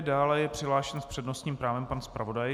Dále je přihlášen s přednostním právem pan zpravodaj.